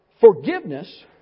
forgiveness